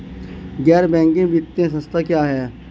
गैर बैंकिंग वित्तीय संस्था क्या है?